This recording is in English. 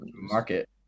Market